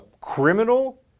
criminal